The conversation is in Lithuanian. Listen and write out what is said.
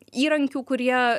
įrankių kurie